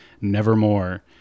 Nevermore